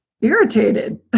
irritated